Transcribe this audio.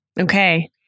Okay